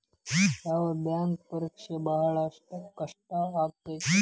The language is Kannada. ಯಾವ್ ಬ್ಯಾಂಕ್ ಪರೇಕ್ಷೆ ಭಾಳ್ ಕಷ್ಟ ಆಗತ್ತಾ?